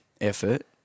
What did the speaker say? Effort